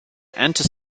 enter